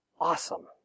awesome